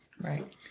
Right